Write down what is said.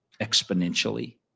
exponentially